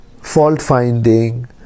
fault-finding